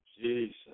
Jesus